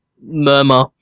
murmur